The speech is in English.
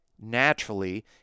naturally